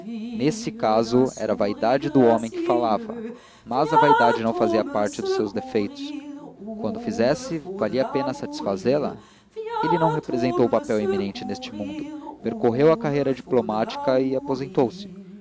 nesse caso era a vaidade do homem que falava mas a vaidade não fazia parte dos seus defeitos quando fizesse valia a pena satisfazê-la ele não representou papel eminente neste mundo percorreu a carreira diplomática e aposentou se